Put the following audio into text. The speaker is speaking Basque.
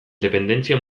dependentzia